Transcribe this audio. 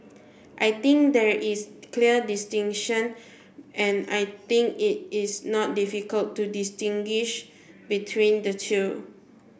I think there is clear distinction and I think it is not difficult to distinguish between the two